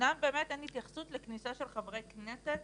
אמנם באמת אין התייחסות לכניסה של חברי כנסת